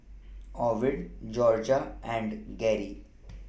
Ovid Jorja and Geri